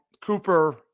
Cooper